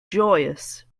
joyous